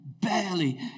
barely